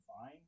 fine